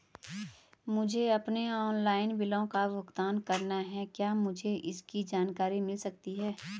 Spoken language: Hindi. मुझे अपने ऑनलाइन बिलों का भुगतान करना है क्या मुझे इसकी जानकारी मिल सकती है?